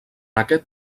aquest